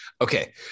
Okay